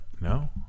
No